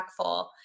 impactful